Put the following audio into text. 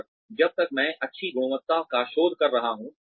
और जब तक मैं अच्छी गुणवत्ता का शोध कर रहा हूँ